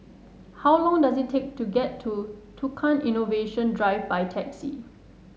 how long does it take to get to Tukang Innovation Drive by taxi